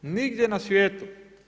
Nigdje na svijetu.